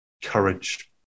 courage